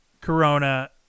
Corona